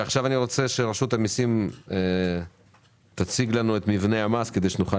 אני רוצה שרשות המסים תציג לנו את מבנה המס כדי שנוכל